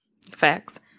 facts